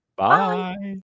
bye